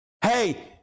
Hey